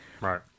Right